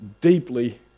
deeply